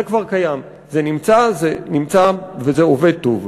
זה כבר קיים, זה נמצא, זה נמצא וזה עובד טוב.